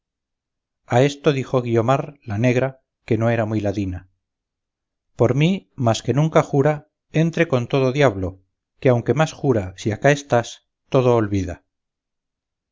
a esto dijo guiomar la negra que no era muy ladina por mí mas que nunca jura entre con todo diablo que aunque más jura si acá estás todo olvida